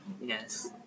Yes